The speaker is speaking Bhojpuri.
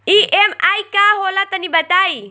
ई.एम.आई का होला तनि बताई?